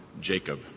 Jacob